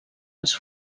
els